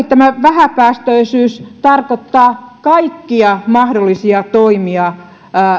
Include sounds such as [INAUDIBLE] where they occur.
[UNINTELLIGIBLE] tämä vähäpäästöisyys tarkoittaa kaikkia mahdollisia toimia